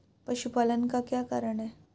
पशुपालन का क्या कारण है?